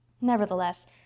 Nevertheless